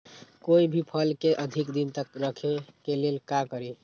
कोई भी फल के अधिक दिन तक रखे के लेल का करी?